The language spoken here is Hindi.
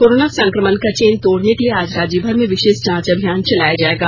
कोरोना संकमण का चेन तोड़ने के लिए आज राज्यभर में विशेष जांच अभियान चलाया जायेगा